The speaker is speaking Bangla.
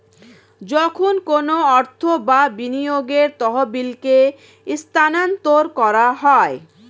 যখন কোনো অর্থ বা বিনিয়োগের তহবিলকে স্থানান্তর করা হয়